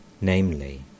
namely